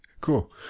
cool